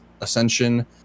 ascension